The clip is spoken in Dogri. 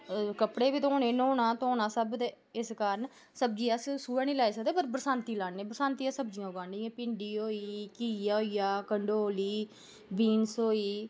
अ कपड़ें बी धोनें न्हौना धोना सब ते इस कारण सब्ज़ी अस सोहै निं लाई सकदे पर बरसांती लान्ने बरसांती अस सब्ज़ियां उग्गाने जि'यां भिंडी होई घिया होइया कंडौली बीन्स होई